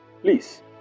Please